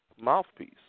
mouthpiece